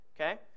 Okay